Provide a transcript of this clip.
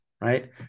right